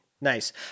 Nice